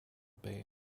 bay